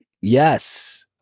Yes